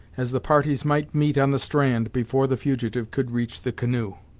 as the parties might meet on the strand, before the fugitive could reach the canoe.